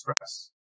stress